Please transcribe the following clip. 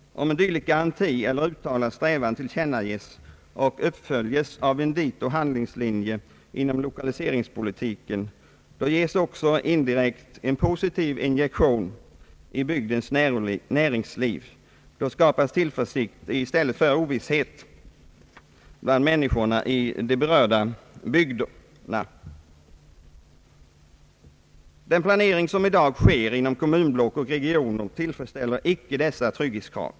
Om en dylik garanti eller uttalad strävan tillkännages och uppföljs av en dito handlingslinje inom lokaliseringspolitiken, ges också indirekt en positiv injektion i bygdens näringsliv. Då skapas tillförsikt i stället för ovisshet bland människorna i de berörda bygderna. Den planering som i dag sker inom kommunblock och regioner tillfredsställer icke dessa trygghetskrav.